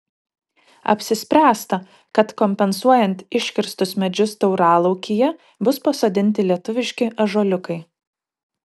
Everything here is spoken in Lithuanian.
apsispręsta kad kompensuojant iškirstus medžius tauralaukyje bus pasodinti lietuviški ąžuoliukai